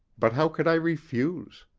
but how could i refuse?